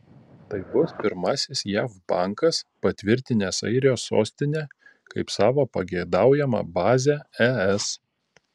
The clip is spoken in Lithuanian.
tai bus pirmasis jav bankas patvirtinęs airijos sostinę kaip savo pageidaujamą bazę es